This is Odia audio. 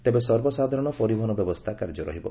ତେବେ ସର୍ବସାଧାରଣ ପରିବହନ ବ୍ୟବସ୍ଥା କାର୍ଯ୍ୟ କରିବ